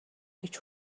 гэж